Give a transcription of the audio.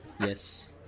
Yes